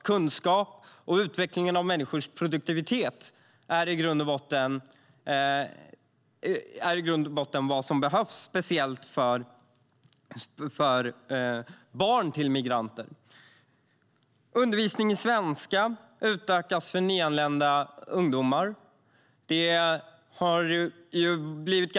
Kunskap och utveckling av människors produktivitet är i grund och botten vad som behövs, speciellt för barn till migranter. Undervisning i svenska utökas för nyanlända ungdomar.